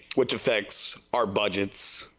which affects, our budget gz.